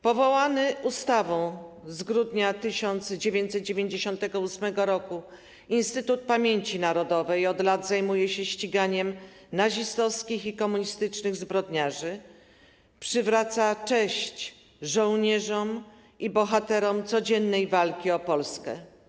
Powołany ustawą z grudnia 1998 r. Instytut Pamięci Narodowej od lat zajmuje się ściganiem nazistowskich i komunistycznych zbrodniarzy, przywraca cześć żołnierzom i bohaterom codziennej walki o Polskę.